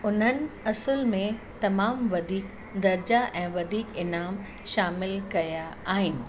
उन्हनि असुल में तमामु वधीक दर्जा ऐं वधीक इनाम शामिलु कया आहिनि